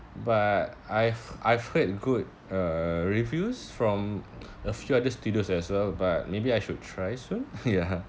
but I've I've heard good uh reviews from a few other studios as well but maybe I should try soon ya